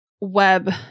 web